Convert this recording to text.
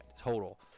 total